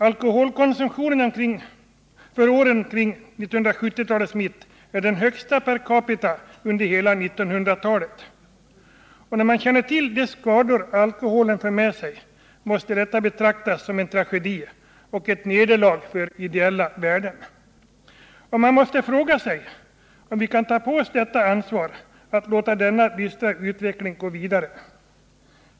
Alkoholkonsumtionen åren i mitten av 1970-talet var den högsta per capita under hela 1900-talet. När man känner till de skador alkoholen för med sig måste detta betraktas som en tragedi och ett nederlag för ideella värden. Man måste fråga sig om vi kan ta på oss ansvaret att låta denna dystra utveckling gå vidare.